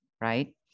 right